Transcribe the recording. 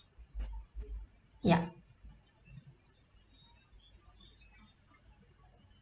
yup